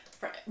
Right